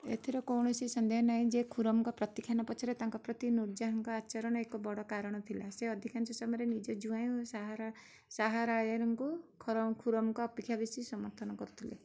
ଏଥିରେ କୌଣସି ସନ୍ଦେହ ନାହିଁ ଯେ ଖୁରମ୍ଙ୍କ ପ୍ରତ୍ୟାଖ୍ୟାନ ପଛରେ ତାଙ୍କ ପ୍ରତି ନୁର ଯାହାଁଙ୍କ ଆଚରଣ ଏକ ବଡ଼ କାରଣ ଥିଲା ସେ ଅଧିକାଂଶ ସମୟରେ ନିଜ ଜ୍ୱାଇଁ ଓ ଶାହାରା ଶାହାରୟର୍ଙ୍କୁ ଖୁରମ୍ଙ୍କ ଅପେକ୍ଷା ବେଶୀ ସମର୍ଥନ କରୁଥିଲେ